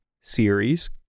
series